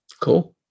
Cool